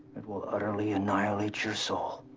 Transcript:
it will utterly annihilate your soul.